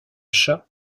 chat